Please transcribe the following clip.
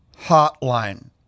hotline